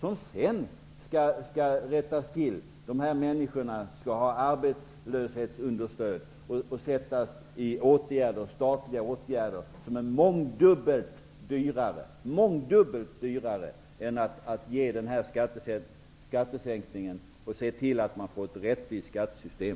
Dessa människor skall sedan ha arbetslöshetsunderstöd och sättas i statliga åtgärder som är mångdubbelt dyrare än att ge den här skattesänkningen och se till att man får ett rättvist skattesystem.